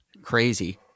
crazy